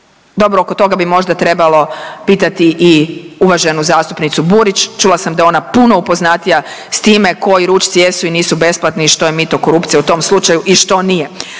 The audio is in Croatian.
Dobro oko toga mi možda trebalo pitati i uvaženu zastupnicu Burić, čula sam da je ona puno upoznatija s time koji ručci jesu i nisu besplatni i što je mito, korupcija u tom slučaju i što nije,